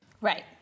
Right